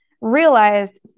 realized